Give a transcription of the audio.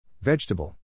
Vegetable